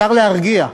אפשר להרגיע,